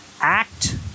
act